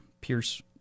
pierce